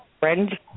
friend